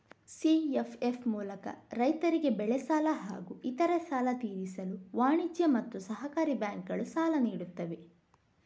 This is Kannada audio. ಸಿ.ಎಫ್.ಎಫ್ ಮೂಲಕ ರೈತರಿಗೆ ಬೆಳೆ ಸಾಲ ಹಾಗೂ ಇತರೆ ಸಾಲ ತೀರಿಸಲು ವಾಣಿಜ್ಯ ಮತ್ತು ಸಹಕಾರಿ ಬ್ಯಾಂಕುಗಳು ಸಾಲ ನೀಡುತ್ತವೆ